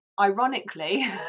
ironically